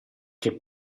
che